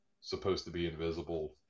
supposed-to-be-invisible